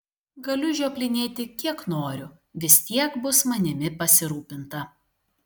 galiu žioplinėti kiek noriu vis tiek bus manimi pasirūpinta